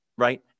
right